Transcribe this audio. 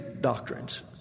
doctrines